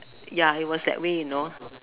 ya it was that way you know